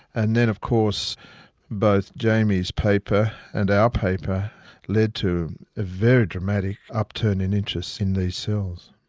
and then of course both jamie's paper and our paper led to a very dramatic upturn in interest in these cells.